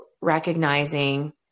recognizing